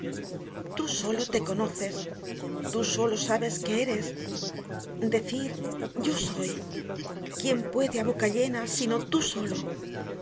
tú sólo te conoces tú solo sabes que eres decir yo soy quién puede á boca llena si no tú solo